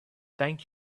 thank